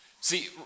See